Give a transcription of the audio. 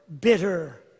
bitter